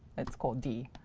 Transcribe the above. let's call d,